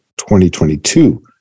2022